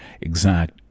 exact